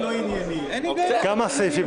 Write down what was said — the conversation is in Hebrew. איתן,